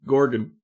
Gorgon